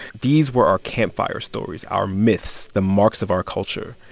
these were our campfire stories, our myths, the marks of our culture.